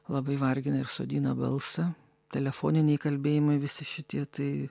labai vargina ir sodina balsą telefoniniai kalbėjimai visi šitie tai